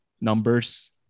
numbers